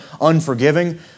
unforgiving